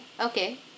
okay